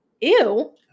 Ew